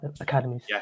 academies